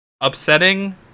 upsetting